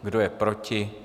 Kdo je proti?